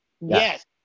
yes